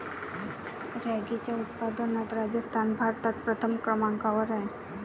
रॅगीच्या उत्पादनात राजस्थान भारतात प्रथम क्रमांकावर आहे